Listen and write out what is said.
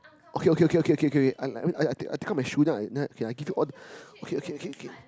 okay okay okay okay okay okay I like I mean take out my shoe then I give you all the okay okay okay okay okay